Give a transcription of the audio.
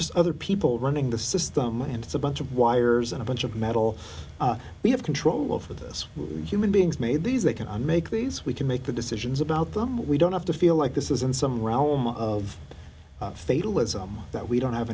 just other people running the system and it's a bunch of wires and a bunch of metal we have control over this human beings made these they can make these we can make the decisions about them we don't have to feel like this is in some realm of fatalism that we don't have